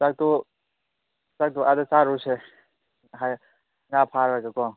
ꯆꯥꯛꯇꯣ ꯆꯥꯛꯇꯣ ꯑꯗꯥ ꯆꯥꯔꯨꯔꯁꯦ ꯉꯥ ꯐꯥꯔꯒꯀꯣ